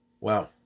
Wow